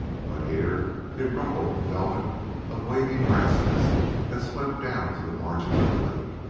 but here it ruffled the velvet of waving grasses that swept down to the margin of the lake.